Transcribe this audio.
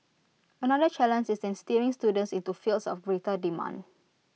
another challenge is in steering students into fields of greater demand